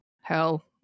Hell